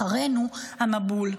אחרינו המבול.